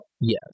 Yes